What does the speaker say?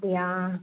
அப்படியா